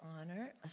honor